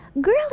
girl